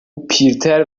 پیرتر